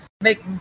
make